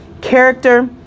character